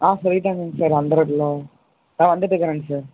ஆ சொல்லிவிட்டாங்கங்க சார் அந்த ரோட்டில் ஆ வந்துகிட்டுக்குறேங்க சார்